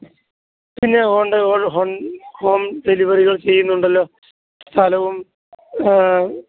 പിന്നെ ഉണ്ട് home home ഡെലിവറികൾ ചെയ്യുന്നുണ്ടല്ലോ സ്ഥലവും